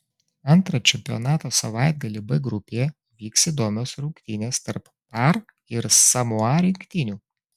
antrą čempionato savaitgalį b grupėje vyks įdomios rungtynės tarp par ir samoa rinktinių